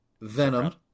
Venom